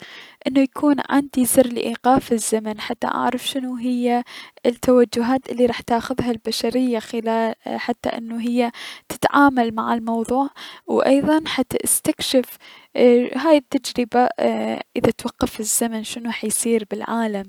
انو يكون عندي زر لأيقاف الزمن حتى اعرف شنو هي التوجهات الي راح تاخذها البشرية حتى انو هي تتعامل مع الموضوع و ايضا حتى استكشف اي- هاي التجربة اي- اذا توقف الزمن شنو حيصير بالعالم.